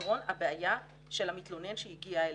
לפתרון הבעיה של המתלונן שהגיע אלינו.